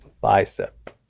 bicep